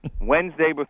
Wednesday